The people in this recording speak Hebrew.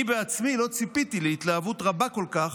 אני עצמי לא ציפיתי להתלהבות מרובה כל כך,